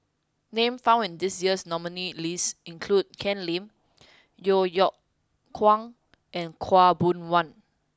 names found in the nominees' list this year include Ken Lim Yeo Yeow Kwang and Khaw Boon Wan